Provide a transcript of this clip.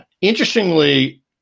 Interestingly